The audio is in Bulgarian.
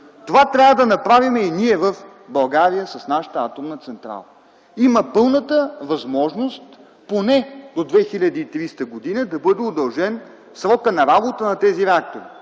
Това трябва да направим и ние в България с нашата атомна централа. Има пълната възможност поне до 2030 г. да бъде удължен срокът на работа на тези реактори.